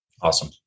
Awesome